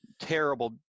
terrible